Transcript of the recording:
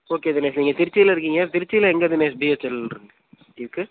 okay Dinesh நீங்கள் திருச்சியில் இருக்கீங்க திருச்சியில் எங்கே தினேஷ் பிஹெச்எல் இருக் இருக்குது